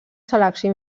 selecció